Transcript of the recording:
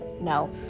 no